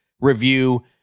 review